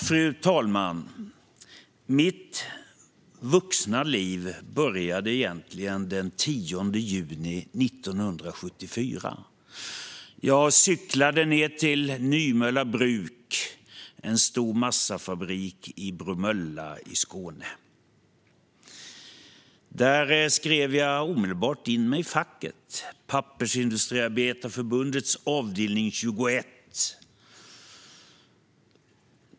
Fru talman! Mitt vuxna liv började egentligen den 10 juni 1974, då jag cyklade ned till Nymölla bruk, en stor massafabrik i Bromölla i Skåne. Där skrev jag omedelbart in mig i facket, i Pappersindustriarbetareförbundets avdelning 21.